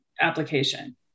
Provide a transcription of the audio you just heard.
application